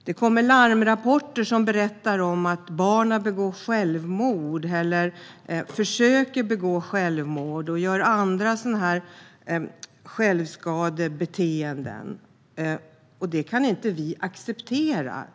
Det kommer larmrapporter om barn som begår självmord, försöker begå självmord eller har självskadebeteenden, och det kan inte vi acceptera.